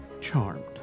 charmed